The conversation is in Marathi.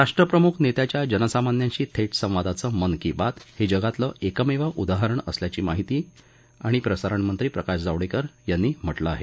राष्ट्रप्रमुख नेत्याच्या जनसामान्यांशी थेट संवादाचं मन की बात हे जगातलं एकमेव उदाहरण असल्याचं माहिती आणि प्रसारण मंत्री प्रकाश जावडेकर यांनी म्हटलं आहे